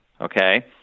okay